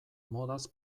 modaz